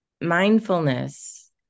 Mindfulness